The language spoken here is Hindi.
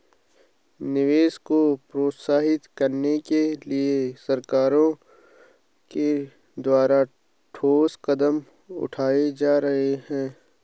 निवेश को प्रोत्साहित करने के लिए सरकारों के द्वारा ठोस कदम उठाए जा रहे हैं